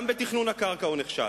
גם בתכנון הקרקע הוא נכשל,